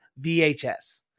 VHS